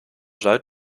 zuid